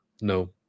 No